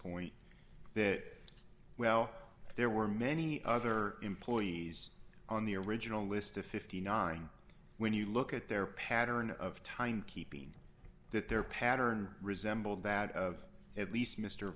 point that well there were many other employees on the original list of fifty nine dollars when you look at their pattern of time keeping that their pattern resembled that of at least mr